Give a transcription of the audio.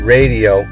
Radio